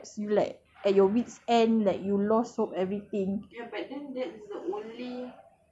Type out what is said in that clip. because you you cannot pay off your debts like at your wit's end like you lost hope everything